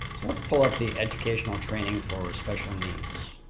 let's pull up the educational training for special needs.